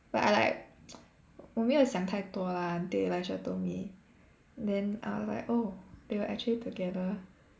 but I like 我没有想太多 lah until Elisha told me then I was like oh they were actually together